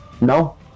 no